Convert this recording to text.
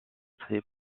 très